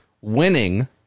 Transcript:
winning